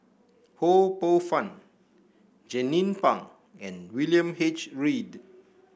Ho Poh Fun Jernnine Pang and William H Read